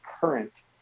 current